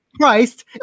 christ